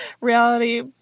Reality